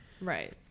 Right